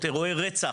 אירועי רצח,